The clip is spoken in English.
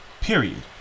Period